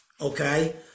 okay